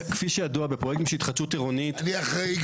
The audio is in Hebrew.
אני רוצה,